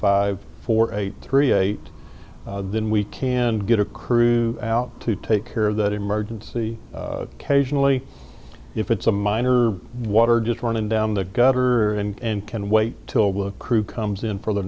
five four eight three eight then we can get a crew out to take care of that emergency kasia only if it's a minor water just running down the gutter and can wait till the crew comes in for the